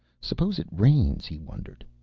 suppose it rains? he wondered.